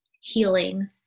healing